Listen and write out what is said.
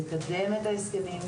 לקדם את ההסכמים,